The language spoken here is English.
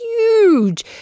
huge